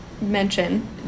mention